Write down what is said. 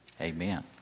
Amen